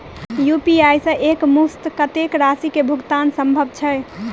UPI सऽ एक मुस्त कत्तेक राशि कऽ भुगतान सम्भव छई?